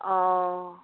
অঁ